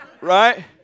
Right